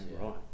right